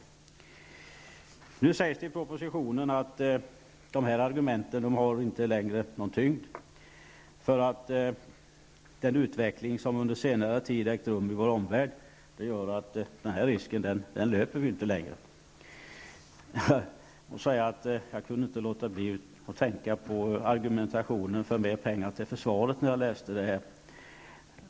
Nu sägs det i propositionen att det argumentet inte längre har någon tyngd, för den utveckling som under senare tid ägt rum i vår omvärld gör att vi inte längre löper risk för avspärrning. Jag måste säga att jag kunde inte låta bli att tänka på argumentationen för mer pengar till försvaret, när jag läste det här.